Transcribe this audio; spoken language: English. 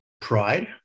pride